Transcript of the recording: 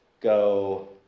go